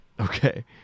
Okay